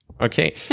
Okay